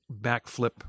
backflip